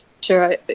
sure